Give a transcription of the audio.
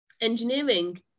engineering